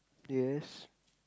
yes